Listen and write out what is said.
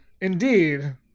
Indeed